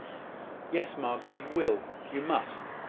yes, margaret, you will you must,